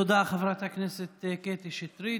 תודה, חברת הכנסת קטי שטרית.